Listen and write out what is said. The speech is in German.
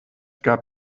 gab